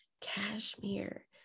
Cashmere